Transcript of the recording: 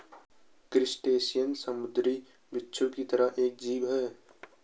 crustacean समुंद्री बिच्छू की तरह एक जीव है